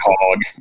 hog